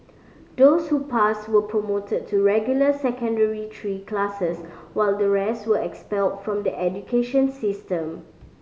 those who passed were promoted to regular Secondary Three classes while the rest were expelled from the education system